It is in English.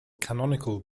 canonical